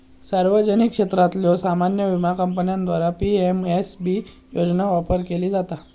सार्वजनिक क्षेत्रातल्यो सामान्य विमा कंपन्यांद्वारा पी.एम.एस.बी योजना ऑफर केली जाता